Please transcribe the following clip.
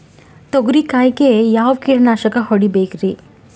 ತೊಗರಿ ಕಾಯಿಗೆ ಯಾವ ಕೀಟನಾಶಕ ಹೊಡಿಬೇಕರಿ?